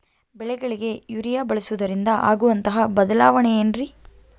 ಬೆಳೆಗಳಿಗೆ ಯೂರಿಯಾ ಬಳಸುವುದರಿಂದ ಆಗುವಂತಹ ಬದಲಾವಣೆ ಏನ್ರಿ?